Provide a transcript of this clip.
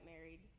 married